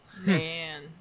man